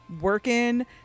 working